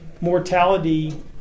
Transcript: mortality